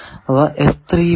അവ എന്നിവയാണ്